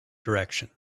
direction